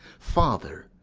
father,